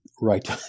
right